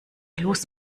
los